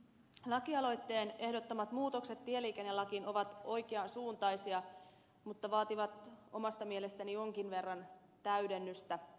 lakialoitteen ehdottamat muutokset tieliikennelakiin ovat oikean suuntaisia mutta vaativat omasta mielestäni jonkin verran täydennystä